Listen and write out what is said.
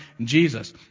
Jesus